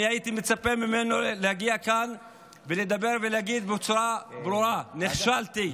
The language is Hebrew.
אני הייתי מצפה ממנו להגיע לכאן ולדבר ולהגיד בצורה ברורה: נכשלתי,